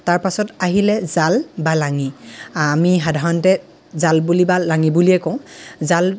তাৰ পাছত আহিলে জাল বা লাঙি অমি সাধাৰণতে জাল বুলি বা লাঙি বুলিয়ে কওঁ জাল